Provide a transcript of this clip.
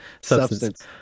Substance